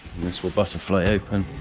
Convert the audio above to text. this will butterfly open